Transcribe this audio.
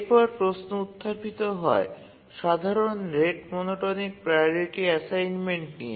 এরপর প্রশ্ন উত্থাপিত হয় সাধারণ রেট মনোটনিক প্রাওরিটি অ্যাসাইনমেন্ট নিয়ে